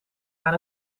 aan